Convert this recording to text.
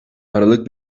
aralık